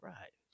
Right